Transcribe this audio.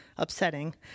upsetting